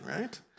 right